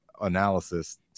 analysis